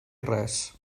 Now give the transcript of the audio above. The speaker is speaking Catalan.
res